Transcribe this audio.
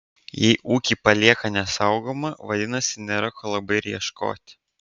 jei ūkį palieka nesaugomą vadinasi nėra ko labai ir ieškoti